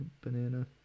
banana